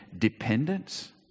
dependence